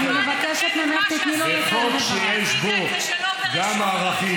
בושה לך.